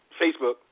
Facebook